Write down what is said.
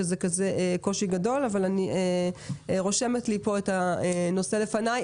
שזה קושי כזה גדול אבל אני רושמת את הנושא לפניי.